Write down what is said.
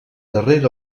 darrere